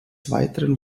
weiteren